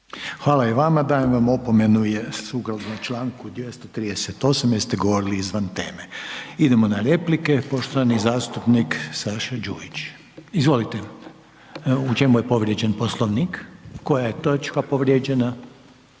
Hvala i vama. Dajem vam opomenu jer, sukladno Članku 238. jer ste govorili izvan teme. Idemo na replike. Poštovani zastupnik Saša Đujić, izvolite. U čemu je povrijeđen Poslovnik? Koja je točka povrijeđena?